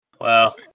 Wow